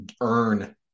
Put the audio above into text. earn